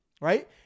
right